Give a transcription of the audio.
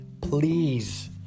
please